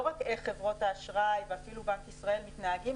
לא רק איך חברות האשראי ואפילו בנק ישראל מתנהגים,